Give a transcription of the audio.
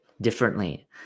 differently